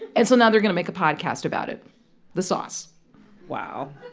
and so now they're going to make a podcast about it the sauce wow